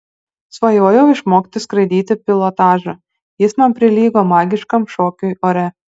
svajojau išmokti skraidyti pilotažą jis man prilygo magiškam šokiui ore